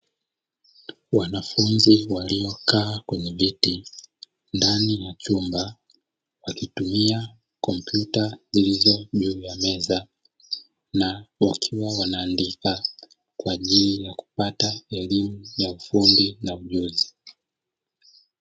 Wanafunzi waliokaa kwenye viti ndani ya chumba wakitumia kompyuta, zilizo juu ya meza na wakiwa wanaandika kwa ajili ya kupata elimu ya ufundi na ujuzi.